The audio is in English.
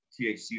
THC